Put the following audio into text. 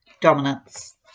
dominance